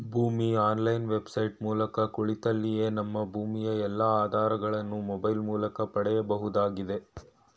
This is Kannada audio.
ಭೂಮಿ ಆನ್ಲೈನ್ ವೆಬ್ಸೈಟ್ ಮೂಲಕ ಕುಳಿತಲ್ಲಿಯೇ ನಮ್ಮ ಭೂಮಿಯ ಎಲ್ಲಾ ಆಧಾರಗಳನ್ನು ಮೊಬೈಲ್ ಮೂಲಕ ಪಡೆಯಬಹುದಾಗಿದೆ